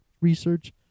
research